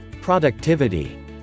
productivity